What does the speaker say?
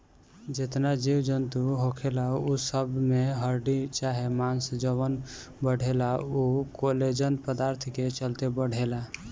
जेतना जीव जनतू होखेला उ सब में हड्डी चाहे मांस जवन बढ़ेला उ कोलेजन पदार्थ के चलते बढ़ेला